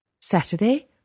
Saturday